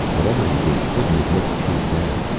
whatever he did, he couldn't admit the truth now.